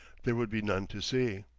there would be none to see.